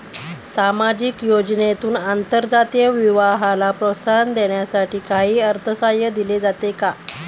सामाजिक योजनेतून आंतरजातीय विवाहाला प्रोत्साहन देण्यासाठी काही अर्थसहाय्य दिले जाते का?